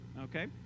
okay